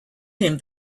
him